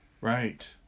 Right